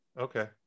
Okay